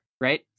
right